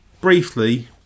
briefly